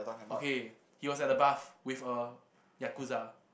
okay he was at the bath with a Yakuza